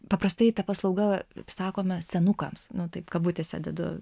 paprastai ta paslauga sakome senukams nu taip kabutėse dedu